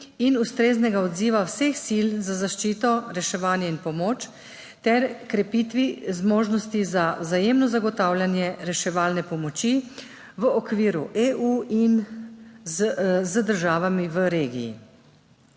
in ustreznega odziva vseh sil za zaščito, reševanje in pomoč ter krepitvi zmožnosti za vzajemno zagotavljanje reševalne pomoči v okviru EU in z državami v regiji.